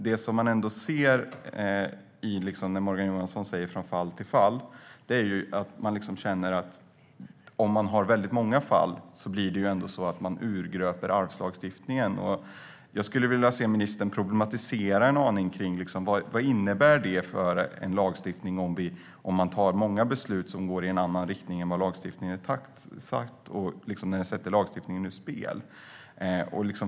Det vi ser när Morgan Johansson säger "från fall till fall" är ändå att om vi har väldigt många fall blir det så att vi urgröper arvslagstiftningen. Jag skulle vilja att ministern problematiserar en aning kring vad det innebär för en lagstiftning om man tar många beslut som går i en annan riktning än vad lagstiftningen säger och den på så sätt sätts ur spel.